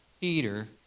Peter